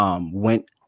went